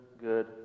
good